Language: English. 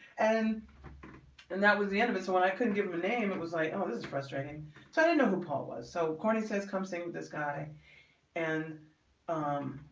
and and that was the end of it so when i couldn't give him a name it was like oh this is frustrating trying to know who paul was so corny says come sing with this guy and um